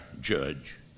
judge